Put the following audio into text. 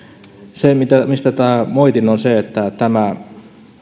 se mistä tätä moitin on se että tämä